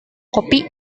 kopi